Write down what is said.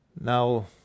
now